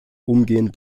umgehend